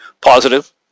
positive